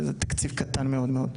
שזה תקציב קטן מאוד.